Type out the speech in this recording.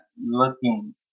looking